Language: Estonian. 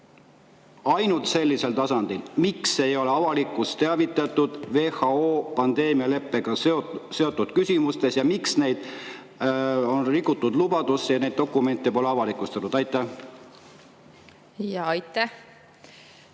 ainult sellisel tasandil: miks ei ole avalikkust teavitatud WHO pandeemialeppega seotud küsimustest? Miks on rikutud lubadusi ja neid dokumente pole avalikustanud? Aitäh!